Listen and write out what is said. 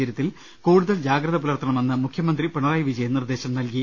ചര്യത്തിൽ കൂടുതൽ ജാഗ്രത പുലർത്തണമെന്ന് മുഖ്യമന്ത്രി പിണറായി വിജ യൻ നിർദ്ദേശം നൽകി